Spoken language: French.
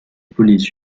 police